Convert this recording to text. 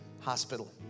Hospital